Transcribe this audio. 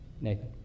Nathan